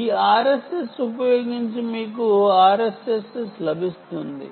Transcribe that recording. ఈ RSS ఉపయోగించి కనుక్కోవచ్చు మీకు ఈ విధంగా RSS లభిస్తుంది